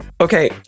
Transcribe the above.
Okay